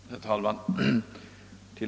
Herr talman!